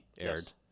aired